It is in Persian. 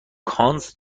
کانس